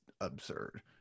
absurd